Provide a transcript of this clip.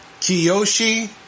Kiyoshi